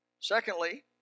Secondly